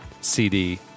CD